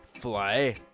fly